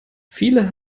viele